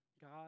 God